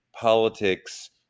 politics